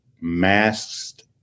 masked